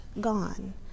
gone